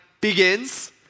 begins